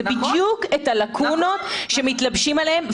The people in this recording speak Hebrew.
זה בדיוק את הלקונות שמתלבשים עליהם,